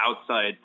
outside